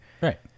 Right